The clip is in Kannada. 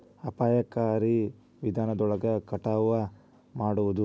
ಅಪಾಯಕಾರಿ ವಿಧಾನದೊಳಗ ಕಟಾವ ಮಾಡುದ